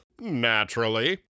Naturally